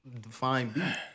Define